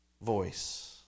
voice